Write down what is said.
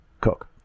cook